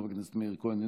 חבר הכנסת מאיר כהן,